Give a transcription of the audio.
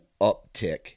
uptick